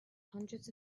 hundreds